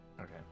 Okay